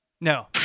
No